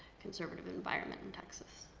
conservative environment in texas,